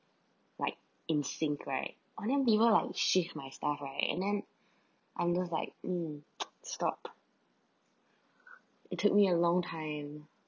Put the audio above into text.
like insane right on then people like shift my stuff right and then I'm just like mm stop it took me a long time